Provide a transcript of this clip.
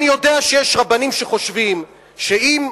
אני יודע שיש רבנים שחושבים שאם